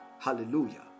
Hallelujah